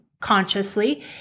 consciously